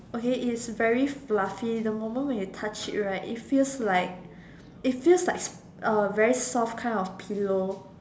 okay it's very fluffy the moment when you touch it right it feels like it feels like a very soft kind of pillow